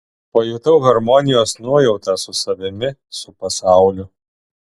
pajutau harmonijos nuojautą su savimi su pasauliu